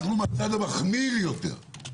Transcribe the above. אנחנו בצד המחמיר יותר.